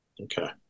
Okay